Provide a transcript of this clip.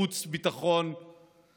החוץ והביטחון וכספים.